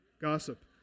gossip